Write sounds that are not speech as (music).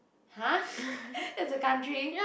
[huh] (laughs) that's a country